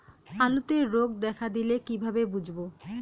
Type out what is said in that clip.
আলুতে রোগ দেখা দিলে কিভাবে বুঝবো?